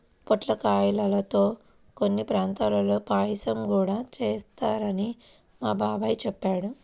పొట్లకాయల్తో కొన్ని ప్రాంతాల్లో పాయసం గూడా చేత్తారని మా బాబాయ్ చెప్పాడు